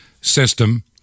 system